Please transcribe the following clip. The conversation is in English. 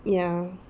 ya